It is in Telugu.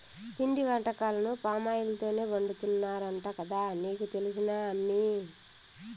పిండి వంటకాలను పామాయిల్ తోనే వండుతున్నారంట కదా నీకు తెలుసునా అమ్మీ